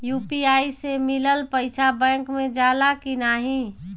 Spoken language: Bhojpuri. यू.पी.आई से मिलल पईसा बैंक मे जाला की नाहीं?